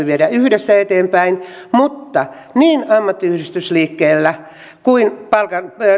viedä yhdessä eteenpäin mutta niin ammattiyhdistysliikkeellä